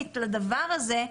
ששמו על הדבר הזה,